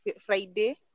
Friday